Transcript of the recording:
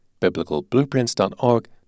biblicalblueprints.org